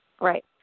Right